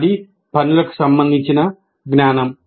అది పనులకు సంబంధించిన జ్ఞానం